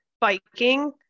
biking